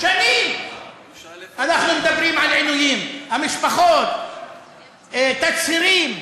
שנים אנחנו מדברים על עינויים, המשפחות, תצהירים,